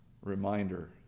reminder